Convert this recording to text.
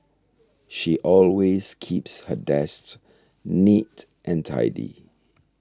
she always keeps her dests neat and tidy